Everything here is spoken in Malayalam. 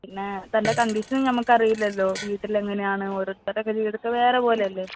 പിന്നെ തന്റെ കണ്ടീഷനും ഞമ്മൾക്ക് അറിയില്ലല്ലോ വീട്ടിലെങ്ങനെയാണ് ഓരോരുത്തരുടൊക്കെ ജീവിതമൊക്കെ വേറെ പോലെ അല്ലേ